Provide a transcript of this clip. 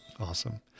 awesome